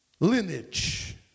lineage